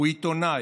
הוא עיתונאי,